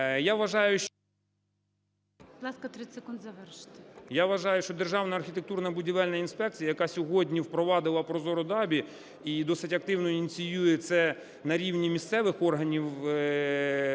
Я вважаю, що Державна архітектурно-будівельна інспекція, яка сьогодні впровадила прозору ДАБІ і досить активно ініціює це на рівні місцевих органів